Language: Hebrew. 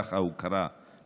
ככה הוא קרא לאשדוד,